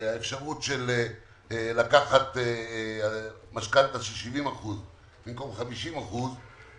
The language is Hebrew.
האפשרות לקחת משכנתה של 70 אחוזים במקום 50 אחוזים,